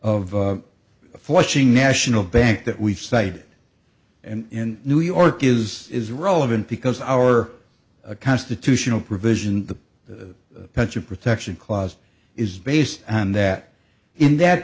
of flushing national bank that we've cited and in new york is is relevant because our constitutional provision the pension protection clause is based on that in that